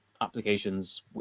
applications